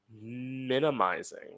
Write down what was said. minimizing